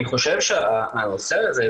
אני חושב שהנושא הזה,